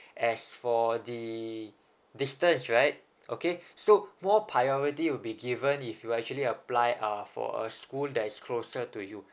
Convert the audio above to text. as for the distance right okay so more priority will be given if you actually apply uh for a school that is closer to you